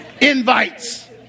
invites